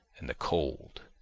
and the cold,